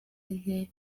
nke